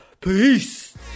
Peace